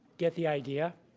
get the idea?